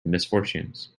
misfortunes